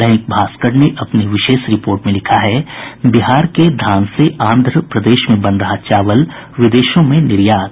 दैनिक भास्कर ने अपनी विशेष रिपोर्ट में लिखा है बिहार के धान से आंध्र प्रदेश में बन रहा चावल विदेशों में निर्यात